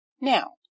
Now